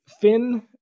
Finn